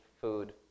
food